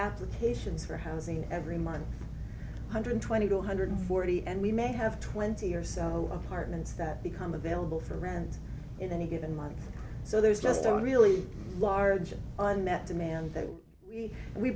applications for housing every month hundred twenty two hundred forty and we may have twenty or so apartments that become available for rent in any given month so there's just a really large unmet demand that we we